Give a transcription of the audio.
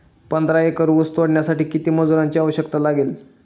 पंधरा एकर ऊस तोडण्यासाठी किती मजुरांची आवश्यकता लागेल?